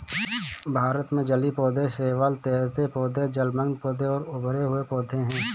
भारत में जलीय पौधे शैवाल, तैरते पौधे, जलमग्न पौधे और उभरे हुए पौधे हैं